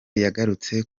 yagarutse